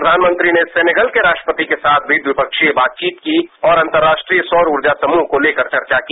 प्रधानमंत्री ने सेनेगल के राष्ट्रपति के साथ मी दिपक्षीय बातचीत की और अंतराष्ट्रीय सौर ऊर्जा समूह को लेकर चर्चा की